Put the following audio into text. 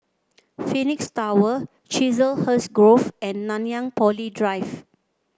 Phoenix Tower Chiselhurst Grove and Nanyang Poly Drive